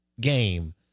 game